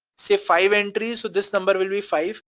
say five entries, so this number will be five.